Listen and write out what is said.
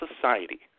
society